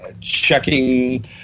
checking